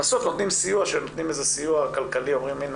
לבסוף נותנים סיוע כלכלי אומרים: הנה,